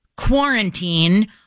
Quarantine